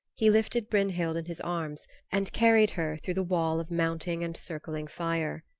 he lifted brynhild in his arms and carried her through the wall of mounting and circling fire.